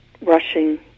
rushing